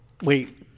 Wait